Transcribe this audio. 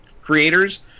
creators